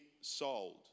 sold